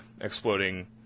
exploding